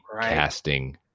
casting